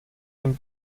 den